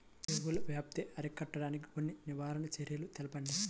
తెగుళ్ల వ్యాప్తి అరికట్టడానికి కొన్ని నివారణ చర్యలు తెలుపండి?